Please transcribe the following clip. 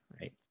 right